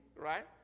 right